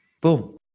Boom